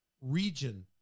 region